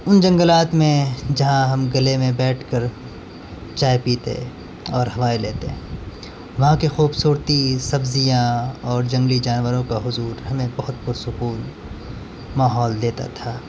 ان جنگلات میں جہاں ہم گلے میں بیٹھ کر چائے پیتے اور ہوائے لیتے وہاں کی خوبصورتی سبزیاں اور جنگلی جانوروں کا حضور ہمیں بہت پرسکون ماحول دیتا تھا